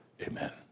Amen